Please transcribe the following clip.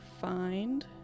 find